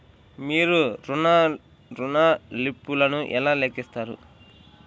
మీరు ఋణ ల్లింపులను ఎలా లెక్కిస్తారు?